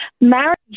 marriage